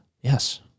yes